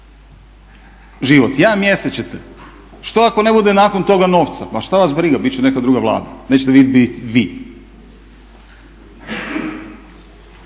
život, jedan mjesec ćete? Što ako nakon toga ne bude novca? Pa šta vas briga bit će neka druga Vlada, nećete biti vi.